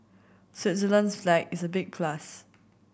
Switzerland's flag is a big plus